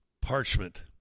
Parchment